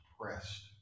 pressed